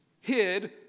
hid